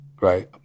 right